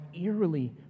eerily